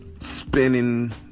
spinning